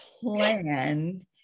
plan